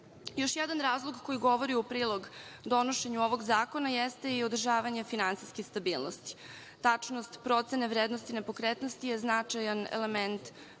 jedan razlog koji govori u prilog donošenju ovog zakona, jeste i održavanje finansijske stabilnosti. Tačnost procene vrednosti nepokretnosti je značajan element